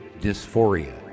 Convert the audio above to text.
dysphoria